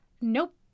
nope